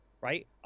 Right